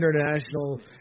international